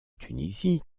tunisie